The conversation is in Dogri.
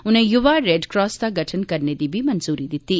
उनें युवा रेड क्रास दा गठन करने दी बी मंजूरी दित्ती